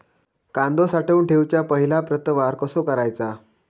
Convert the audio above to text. कांदो साठवून ठेवुच्या पहिला प्रतवार कसो करायचा?